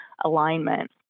alignment